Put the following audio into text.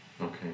Okay